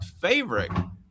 favorite